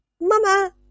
mama